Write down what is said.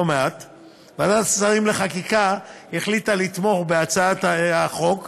ועדת השרים לחקיקה החליטה לתמוך בהצעת החוק,